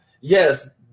Yes